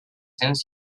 cents